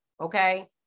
Okay